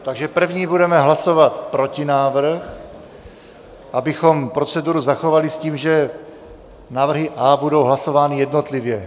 Takže první budeme hlasovat protinávrh, abychom proceduru zachovali s tím, že návrhy A budou hlasovány jednotlivě.